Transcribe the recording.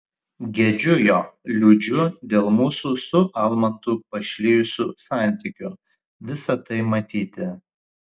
gedžiu jo liūdžiu dėl mūsų su almantu pašlijusių santykių visa tai matyti